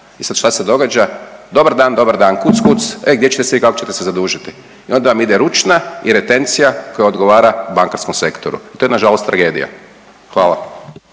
i sad šta se događa? Dobar dan, dobar dan, kuc, kuc, ej gdje ćete se i kako ćete se zadužiti i onda vam ide ručna i retencija koja odgovara bankarskom sektoru. To je nažalost tragedija. Hvala.